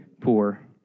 poor